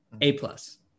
A-plus